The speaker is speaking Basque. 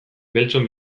beltzon